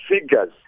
figures